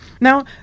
Now